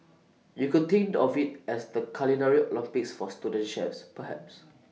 you could think of IT as the culinary Olympics for student chefs perhaps